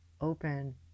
open